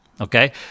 Okay